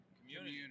Community